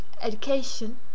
education